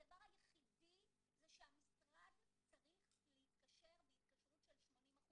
הדבר היחידי זה שהמשרד צריך להתקשר בהתקשרות של 80%,